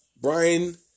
Brian